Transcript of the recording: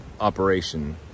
operation